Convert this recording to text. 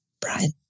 Brian